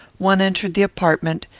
one entered the apartment,